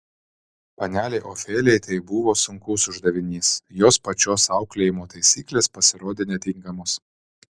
panelei ofelijai tai buvo sunkus uždavinys jos pačios auklėjimo taisyklės pasirodė netinkamos